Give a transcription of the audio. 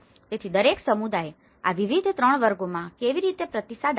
તેથી દરેક સમુદાય આ વિવિધ 3 વર્ગોમાં કેવી રીતે પ્રતિસાદ આપે છે